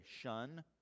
shun